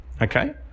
okay